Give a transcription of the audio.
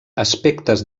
aspectes